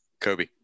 Kobe